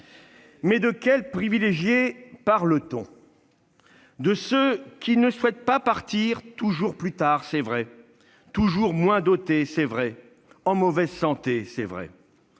Mais de quels privilégiés parle-t-on ? De ceux qui ne souhaitent pas partir toujours plus tard à la retraite, toujours moins dotés et en mauvaise santé ? Cela